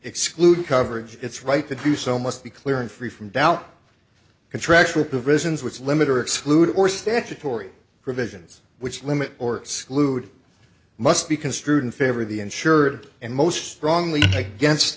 exclude coverage its right to do so must be clear and free from doubt contractual provisions which limit or exclude or statutory provisions which limit or exclude must be construed in favor of the insured and most strongly against